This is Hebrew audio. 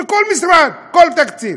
לכל משרד, כל תקציב,